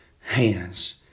hands